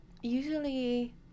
usually